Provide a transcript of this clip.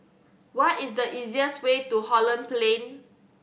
what is the easiest way to Holland Plain